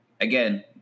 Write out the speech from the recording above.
Again